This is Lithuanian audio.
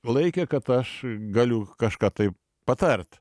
laikė kad aš galiu kažką tai patart